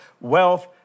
wealth